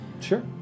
Sure